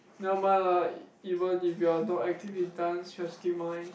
never mind lah even if you are not active in dance you're still mine